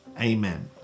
Amen